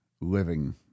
living